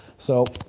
so